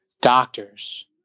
doctors